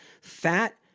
Fat